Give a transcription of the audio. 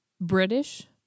British